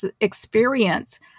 experience